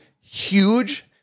huge